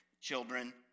children